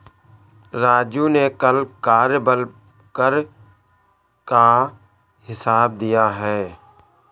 राजू ने कल कार्यबल कर का हिसाब दिया है